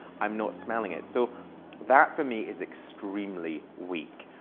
i'm not smelling it. so that for me is extremely weak.